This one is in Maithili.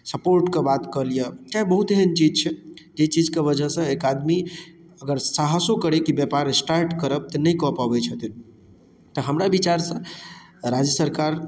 सपोर्ट कऽ बात कऽ लिअ चाहे बहुत एहन चीज छै जे चीज कऽ वजहसँ एक आदमी अगर साहसो करै कि व्यापार स्टार्ट करब तऽ नहि कऽ पबैत छथि तऽ हमरा विचारसँ राज्य सरकार